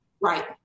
Right